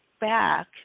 back